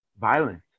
violence